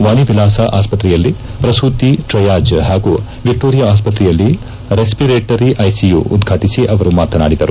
ವಾಣಿ ವಿಲಾಸ ಆಸ್ಪತ್ರೆಯಲ್ಲಿ ಪ್ರಸೂತಿ ಟ್ರೈಯಾಜ್ ಹಾಗೂ ವಿಕ್ಟೋರಿಯಾ ಆಸ್ಪತ್ರೆಯಲ್ಲಿ ರೆಪ್ಪರೇಟರಿ ಐಸಿಯು ಉದ್ಘಾಟಿಸಿ ಅವರು ಮಾತನಾಡಿದರು